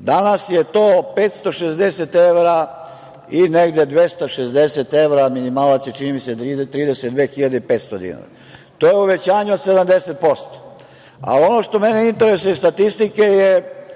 Danas je to 560 evra i negde 260 evra, a minimalac je čini mi se 32.500 dinara. To je uvećanje od 70%.Ono što mene interesuje iz statistike -